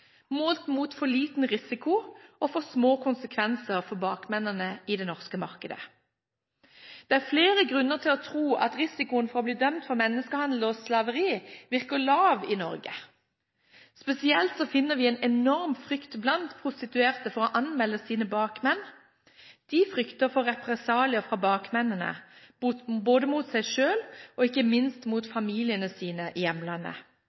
målt mot for liten risiko og for små konsekvenser for bakmennene i det norske markedet. Det er flere grunner til å tro at risikoen for å bli dømt for menneskehandel og slaveri virker lav i Norge. Spesielt finner vi en enorm frykt blant prostituerte for å anmelde sine bakmenn. De frykter for represalier fra bakmennene både mot seg selv og – ikke minst – mot